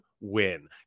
win